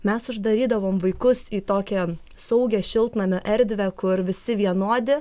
mes uždarydavom vaikus į tokią saugią šiltnamio erdvę kur visi vienodi